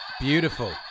Beautiful